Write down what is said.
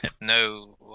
No